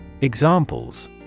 Examples